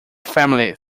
family